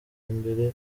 mbere